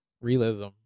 Realism